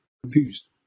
confused